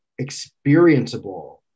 experienceable